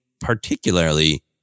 particularly